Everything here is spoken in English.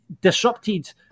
disrupted